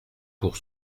pour